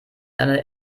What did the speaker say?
eine